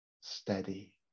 steady